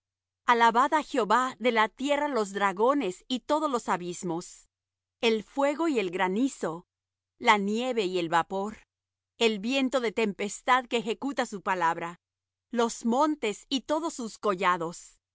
á jehová de la tierra los dragones y todos los abismos el fuego y el granizo la nieve y el vapor el viento de tempestad que ejecuta su palabra los montes y todos los collados